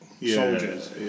soldiers